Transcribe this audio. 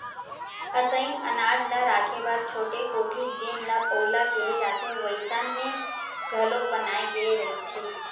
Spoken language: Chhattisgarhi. असइन अनाज ल राखे बर छोटे कोठी जेन ल पउला केहे जाथे वइसन घलोक बनाए गे रहिथे